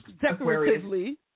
decoratively